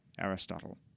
Aristotle